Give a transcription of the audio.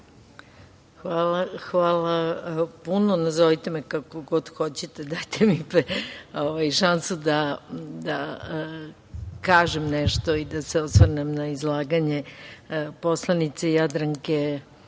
Hvala puno. Nazovite me kako god hoćete, dajte mi šansu da kažem nešto i da se osvrnem na izlaganje poslanice Jadranke